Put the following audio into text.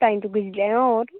টাইমটো গুচি যায় অঁ